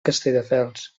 castelldefels